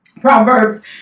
Proverbs